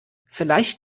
vielleicht